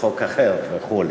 בחוק אחר וכו'.